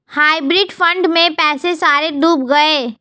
hybrid fund में पैसे सारे डूब गए